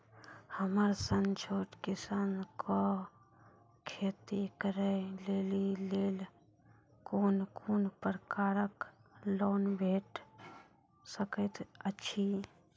हमर सन छोट किसान कअ खेती करै लेली लेल कून कून प्रकारक लोन भेट सकैत अछि?